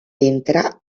ventre